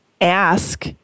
ask